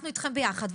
אנחנו יחד איתכם,